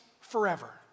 forever